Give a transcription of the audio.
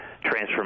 transformation